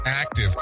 active